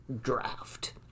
draft